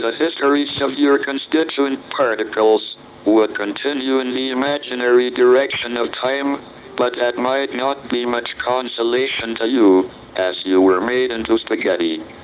the histories of your constituent particles would continue in the imaginary direction of time but that might not be much consolation to you as you were made into spaghetti.